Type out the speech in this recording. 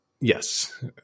Yes